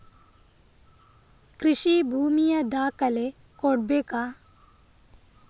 ಕೃಷಿ ಭೂಮಿಯ ದಾಖಲೆ ಕೊಡ್ಬೇಕಾ?